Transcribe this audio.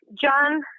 John